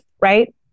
right